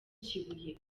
kibuye